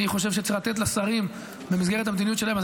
אני חושב שצריך לתת לשרים במסגרת המדיניות שלהם.